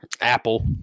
Apple